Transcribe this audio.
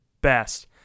best